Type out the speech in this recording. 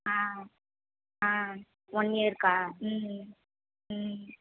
ஆ ஆ ஒன் இயர்க்கா ம் ம் ம்